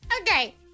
Okay